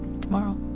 tomorrow